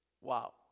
Wow